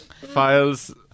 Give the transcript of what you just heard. Files